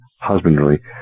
husbandry